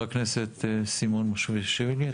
חבר הכנסת סימון מושיאשוילי,